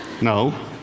No